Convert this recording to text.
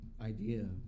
idea